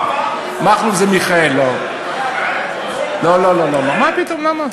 מכלוף זה מיכאל, לא, לא, מה פתאום, למה?